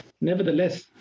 Nevertheless